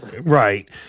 right